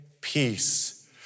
peace